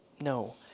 no